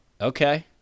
okay